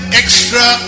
extra